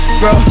bro